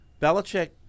Belichick